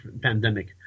pandemic